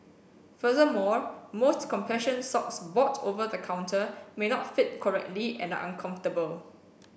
furthermore most compression socks bought over the counter may not fit correctly and uncomfortable